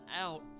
out